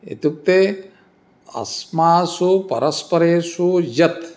इत्युक्ते अस्मासु परस्परेषु यत्